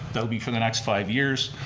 that'll be for the next five years.